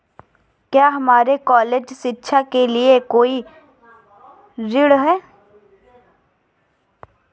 क्या मेरे कॉलेज शिक्षा के लिए कोई ऋण है?